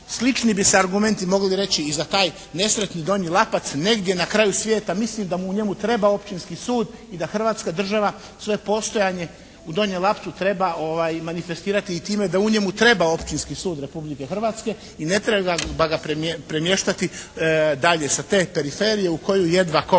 Slični bi se argumenti mogli reći i za taj nesretni Donji Lapac negdje na kraju svijeta. Mislim da mu u njemu treba Općinski sud i da hrvatska država svoje postojanje u Donjem Lapcu treba manifestirati i time da u njemu treba Općinski sud Republike Hrvatske. I ne treba ga premještati dalje sa te periferije u koju jedva tko kad